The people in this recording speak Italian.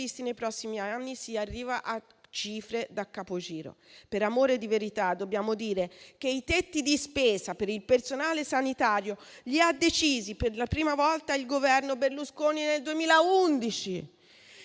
nei prossimi anni, si arriva a cifre da capogiro. Per amore di verità, dobbiamo dire che i tetti di spesa per il personale sanitario li ha decisi per la prima volta il Governo Berlusconi nel 2011.